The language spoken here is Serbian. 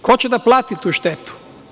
Ko će da plati tu štetu?